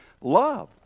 love